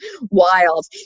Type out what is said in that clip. wild